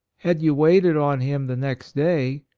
had you waited on him the next day,